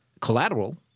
collateral